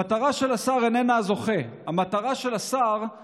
המטרה של השר איננה הזוכה, המטרה של השר היא